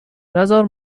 نزار